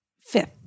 fifth